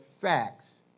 facts